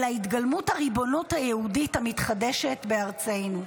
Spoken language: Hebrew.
אלא התגלמות הריבונות היהודית המתחדשת בארצנו.